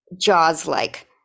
Jaws-like